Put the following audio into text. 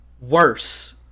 Worse